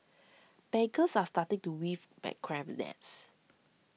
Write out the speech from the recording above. bankers are starting to weave bad cram the nets